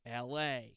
LA